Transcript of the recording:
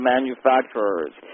Manufacturers